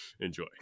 Enjoy